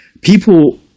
people